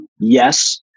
yes